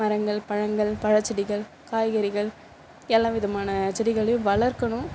மரங்கள் பழங்கள் பழச்செடிகள் காய்கறிகள் எல்லா விதமான செடிகளையும் வளர்க்கணும்